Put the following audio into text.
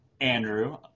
Andrew